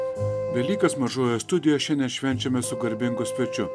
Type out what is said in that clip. velykas mažojoje studijoje šiandien švenčiame su garbingu svečiu